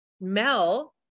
Mel